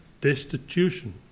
destitution